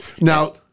Now